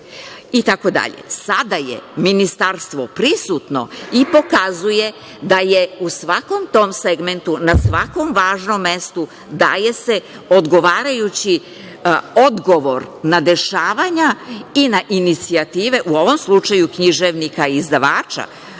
itd. Sada je ministarstvo prisutno i pokazuje da se u svakom tom segmentu na svakom važno mestu daje odgovarajući odgovor na dešavanja i na inicijative, u ovom slučaju književnika i izdavača